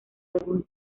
algún